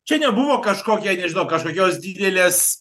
čia nebuvo kažkokia nežinau kažkokios didelės